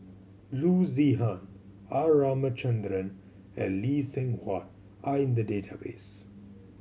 Loo Zihan R Ramachandran and Lee Seng Huat are in the database